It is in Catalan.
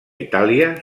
itàlia